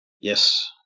Yes